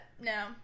no